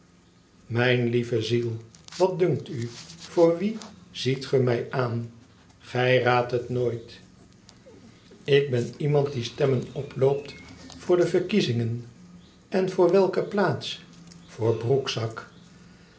imijn lieve ziel wat dunkt u voor wie ziet ge mij aan p gij raadt het nooit ik ben iemand die stemmen oploopt voor de verkiezingen n voor welke plaats voor broekzak